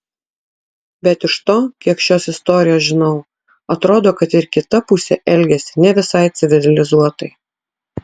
bet iš to kiek šios istorijos žinau atrodo kad ir kita pusė elgėsi ne visai civilizuotai